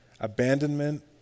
Abandonment